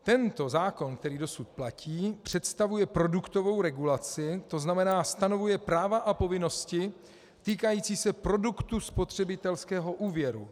Tento zákon, který dosud platí, představuje produktovou regulaci, to znamená stanovuje práva a povinnosti týkající se produktu spotřebitelského úvěru.